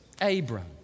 Abram